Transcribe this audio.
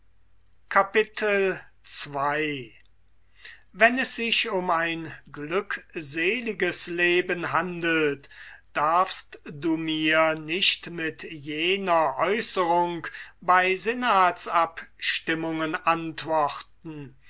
ii wenn es sich um ein glückseliges leben handelt darfst du mir nicht mit jener aeußerung bei senatsabstimmungen antworten